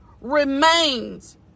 remains